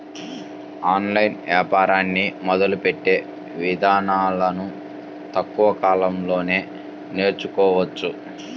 online వ్యాపారాన్ని మొదలుపెట్టే ఇదానాలను తక్కువ కాలంలోనే నేర్చుకోవచ్చు